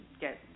get